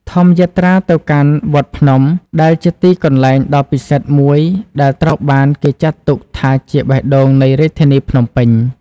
ធម្មយាត្រាទៅកាន់វត្តភ្នំ ដែលជាទីកន្លែងដ៏ពិសិដ្ឋមួយដែលត្រូវបានគេចាត់ទុកថាជាបេះដូងនៃរាជធានីភ្នំពេញ។